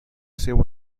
seu